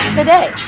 today